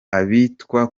abitwa